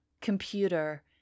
computer